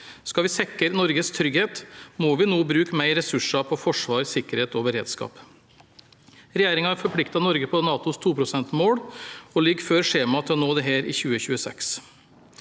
Skal vi sikre Norges trygghet, må vi nå bruke mer ressurser på forsvar, sikkerhet og beredskap. Regjeringen har forpliktet Norge på NATOs 2-prosentmål, og ligger før skjema til nå dette i 2026.